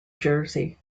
jersey